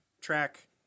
Track